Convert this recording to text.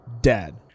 dead